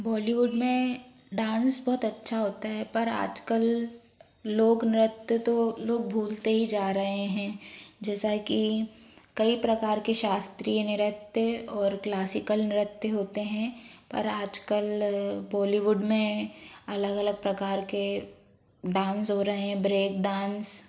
बॉलीवुड में डांस बहुत अच्छा होता है पर आजकल लोग नृत्य तो लोग भूलते ही जा रहे हैं जैसा कि कई प्रकार के शास्त्रीय नृत्य और क्लासिकल नृत्य होते हैं पर आजकल बॉलीवुड में अलग अलग प्रकार के डांस हो रहे हैं ब्रेक डांस